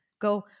go